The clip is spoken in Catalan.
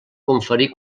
conferir